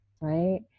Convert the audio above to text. right